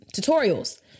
tutorials